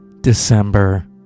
December